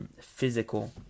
physical